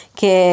che